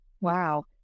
Wow